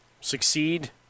Succeed